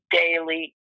daily